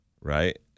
right